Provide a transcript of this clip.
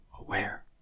aware